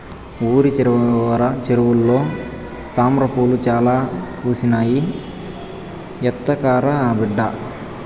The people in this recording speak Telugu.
ఊరి చివర చెరువులో తామ్రపూలు చాలా పూసినాయి, ఎత్తకరా బిడ్డా